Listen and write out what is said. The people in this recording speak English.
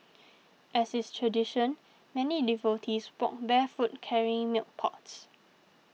as is tradition many devotees walked barefoot carrying milk pots